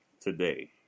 today